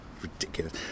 ridiculous